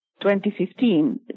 2015